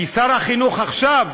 כי שר החינוך עכשיו,